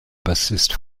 bassist